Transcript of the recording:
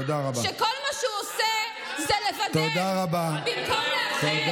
שכל מה שהוא עושה זה לבדל במקום לאחד.